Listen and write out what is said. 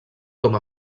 com